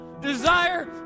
desire